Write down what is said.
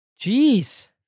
Jeez